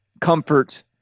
comfort